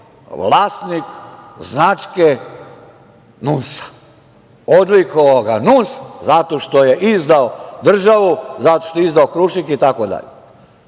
vlasnik značke NUNS, odlikovao ga NUNS zato što je izdao državu, zato što je izdao Krušik i tako dalje.